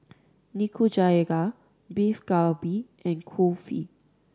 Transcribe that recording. Nikujaga Beef Galbi and Kulfi